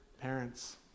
Parents